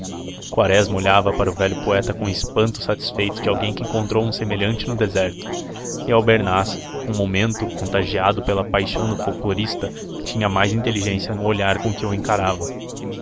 quaresma olhava para o velho poeta com o espanto satisfeito de alguém que encontrou um semelhante no deserto e albernaz um momento contagiado pela paixão do folclorista tinha mais inteligência no olhar com que o encarava